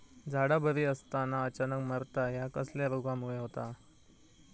झाडा बरी असताना अचानक मरता हया कसल्या रोगामुळे होता?